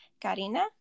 Karina